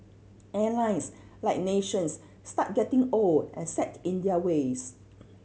airlines like nations start getting old and set in their ways